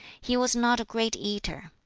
he was not a great eater.